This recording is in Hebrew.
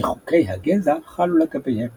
שחוקי הגזע חלו לגביהם